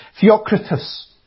Theocritus